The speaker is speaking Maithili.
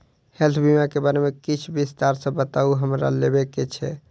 हेल्थ बीमा केँ बारे किछ विस्तार सऽ बताउ हमरा लेबऽ केँ छयः?